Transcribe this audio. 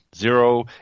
Zero